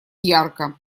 ярко